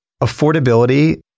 affordability